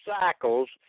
cycles